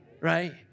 right